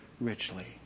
richly